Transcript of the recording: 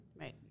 Right